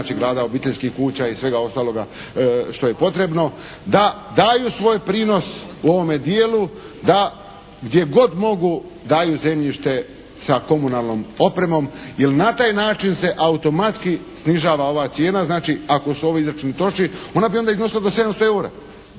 znači grada, obiteljskih kuća i svega ostaloga što je potrebno da daju svoj prinos u ovome dijelu da gdje god mogu daju zemljište sa komunalnom opremom jer na taj način se automatski snižava ova cijena, znači ako su ovi izračuni točni ona bi onda iznosila do 700 eura,